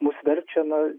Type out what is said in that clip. mus verčia na